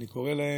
אני קורא להם: